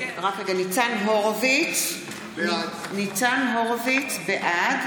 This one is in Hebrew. בעד ניצן הורוביץ, בעד